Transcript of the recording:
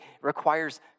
requires